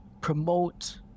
promote